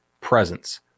presence